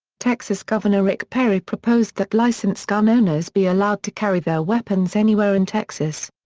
texas governor rick perry proposed that licensed gun owners be allowed to carry their weapons anywhere in texas.